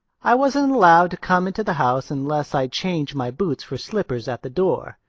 i wasn't allowed to come into the house unless i changed my boots for slippers at the door.